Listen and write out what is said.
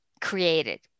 created